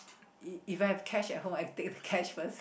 if if I have cash at home I take the cash first